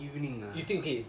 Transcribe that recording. evening ah